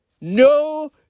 No